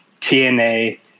TNA